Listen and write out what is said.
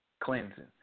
Cleansing